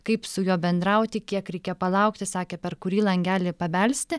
kaip su juo bendrauti kiek reikia palaukti sakė per kurį langelį pabelsti